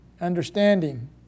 understanding